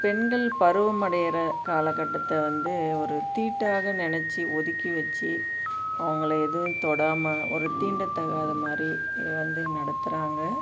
பெண்கள் பருவம் அடைகிற காலகட்டத்தை வந்து ஒரு தீட்டாக நினச்சி ஒதுக்கி வச்சு அவங்களை எதுவும் தொடாமல் ஒரு தீண்டத்தகாத மாதிரி வந்து நடத்துகிறாங்க